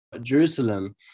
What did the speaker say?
Jerusalem